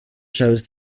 shows